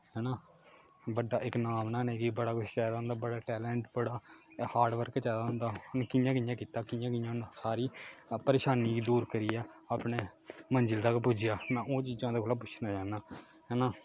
है ना बड्डा इक नांऽ बनाने गी बड़ा कुछ चाहिदा होंदा बड़ा टैलेंट बड़ा हार्ड वर्क चाहिदा होंदा उ'न्न कि'यां कि'यां कीता कि'यां कि'यां उन्न सारी परेशानी दूर करियै अपने मंज़ल तक पुज्जेआ में ओह् चीजां ओह्दे कोला पुच्छना चाह्न्ना है ना